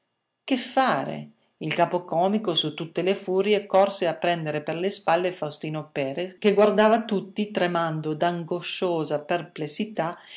che fare il capocomico su tutte le furie corse a prendere per le spalle faustino perres che guardava tutti tremando d'angosciosa perplessità